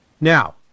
Now